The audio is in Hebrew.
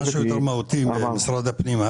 היה משהו יותר מהותי במשרד הפנים.